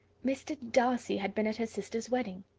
mr. darcy had been at her sister's wedding.